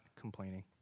complaining